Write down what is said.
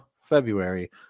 february